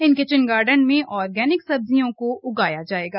इन kitchen garden में organic सब्जियों को उगाया जाएगा